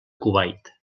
kuwait